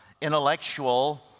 intellectual